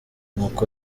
nuko